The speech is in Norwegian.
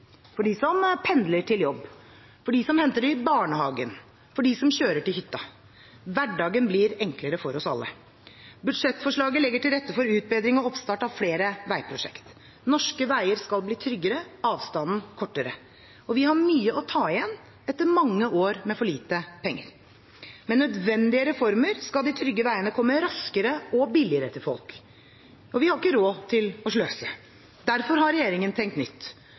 for dem som pendler til jobb, for dem som henter i barnehagen, for dem som kjører til hytta. Hverdagen blir enklere for oss alle. Budsjettforslaget legger til rette for utbedring og oppstart av flere veiprosjekter. Norske veier skal bli tryggere, avstandene kortere. Vi har mye å ta igjen etter mange år med for lite penger. Med nødvendige reformer skal de trygge veiene komme raskere og billigere til folk. Vi har ikke råd til å sløse. Derfor har regjeringen tenkt nytt.